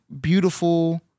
beautiful